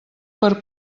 per